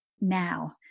now